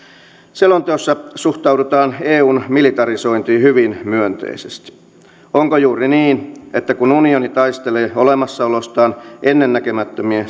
selonteossa suhtaudutaan eun militarisointiin hyvin myönteisesti onko juuri niin että kun unioni taistelee olemassaolostaan ennennäkemättömien